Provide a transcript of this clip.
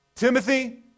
Timothy